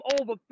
over